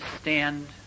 stand